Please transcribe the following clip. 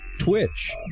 twitch